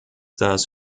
das